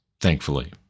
thankfully